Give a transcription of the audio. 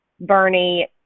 Bernie